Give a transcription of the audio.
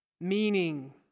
meaning